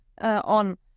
on